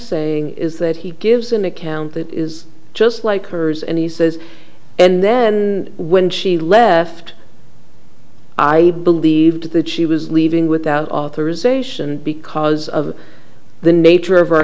saying is that he gives an account that is just like hers and he says and then when she left i believed that she was leaving without authorization because of the nature of our